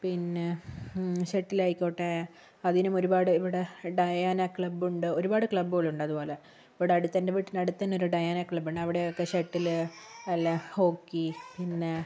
പിന്നെ ഷട്ടിലായിക്കോട്ടെ അതിനും ഒരുപാട് ഇവിടെ ഡയാന ക്ലബ്ബുണ്ട് ഒരുപാട് ക്ലബ്ബുകളുണ്ട് അതുപോലെ ഇവിടടുത്ത് എൻ്റെ വീടിനടുത്തെന്നെ ഒരു ഡയാന ക്ലബ്ബുണ്ട് അവിടെയൊക്കെ ഷട്ടില് അല്ല ഹോക്കി പിന്നെ